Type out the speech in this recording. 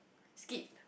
skip